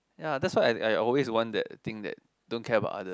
ya that's why I I always want that thing that don't care about others